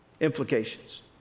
implications